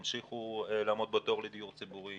ימשיכו לעמוד בתור לדיור ציבורי,